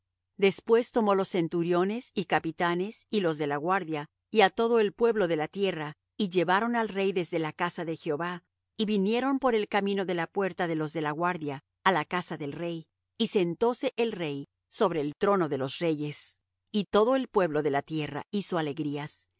después tomó los centuriones y capitanes y los de la guardia y á todo el pueblo de la tierra y llevaron al rey desde la casa de jehová y vinieron por el camino de la puerta de los de la guardia á la casa del rey y sentóse el rey sobre el trono de los reyes y todo el pueblo de la tierra hizo alegrías